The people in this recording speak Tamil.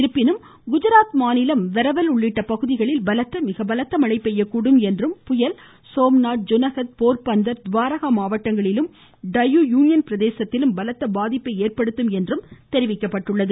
இருப்பினும் குஜராத் மாநிலம் வெரவல் உள்ளிட்ட பகுதிகளில் பலத்த மிக பலத்த மழை பெய்யக்கூடும் என்றும் புயல் சோம்நாத் ஜுனகத் போர்பந்தர் துவாரகா மாவட்டங்களிலும் டயூ யூனியன் பிரதேசத்திலும் பலத்த பாதிப்பை ஏற்படுத்தும் என்றும் தெரிவிக்கப்பட்டுள்ளது